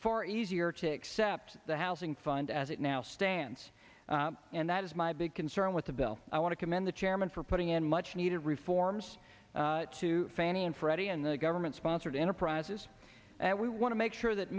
far easier to exception the housing fund as it now stands and that is my big concern with the bill i want to commend the chairman for putting in much needed reforms to fannie and freddie and the government sponsored enterprises and we want to make sure that